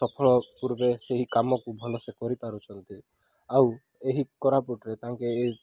ସଫଳ ପୂର୍ବେ ସେହି କାମକୁ ଭଲସେ କରିପାରୁଛନ୍ତି ଆଉ ଏହି କରାପୁଟରେ ତାଙ୍କେ ଏ